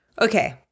okay